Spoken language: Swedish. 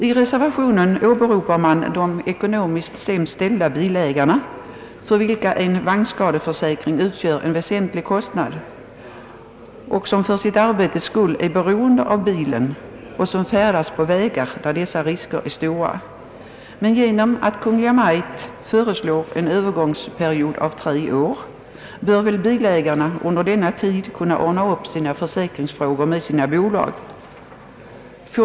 I reservationen talar man för de ekonomiskt sämst ställda bilägarna, som för sitt arbetes skull är beroende av bilen, som färdas på vägar där dessa risker är stora och för vilka en vagnskadeförsäkring utgör en väsentlig kostnad. Men då Kungl. Maj:t föreslår en övergångsperiod på tre år bör väl bilägarna under denna tid kunna ordna sina försäkringsfrågor med bolagen.